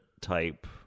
type